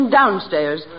downstairs